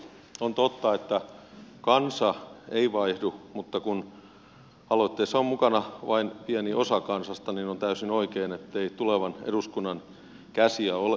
on totta että kansa ei vaihdu mutta kun aloitteessa on mukana vain pieni osa kansasta niin on täysin oikein ettei tulevan eduskunnan käsiä ol